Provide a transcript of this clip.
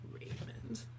Raymond